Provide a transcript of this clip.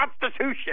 Constitution